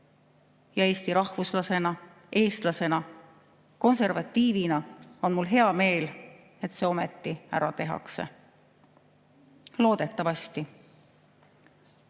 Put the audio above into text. Eesti rahvuslasena, eestlasena, konservatiivina on mul hea meel, et see ometi ära tehakse. Loodetavasti.